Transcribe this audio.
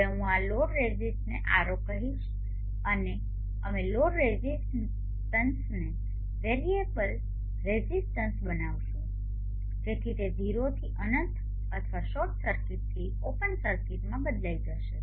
હવે હું આ લોડ રેઝિસ્ટને R0 કહીશ અને અમે લોડ રેઝિસ્ટન્સને વેરિયેબલ રેઝિસ્ટન્સ બનાવીશું જેથી તે 0 થી અનંત અથવા શોર્ટ સર્કિટથી ઓપન સર્કિટમાં બદલાઈ શકે